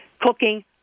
cooking